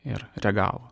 ir reagavo